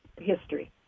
history